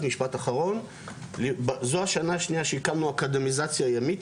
זו השנה השנייה שהקמנו אקדמיזציה ימית,